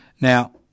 Now